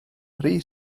rhy